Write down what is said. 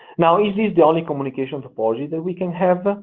now is this the only communication topology that we can have?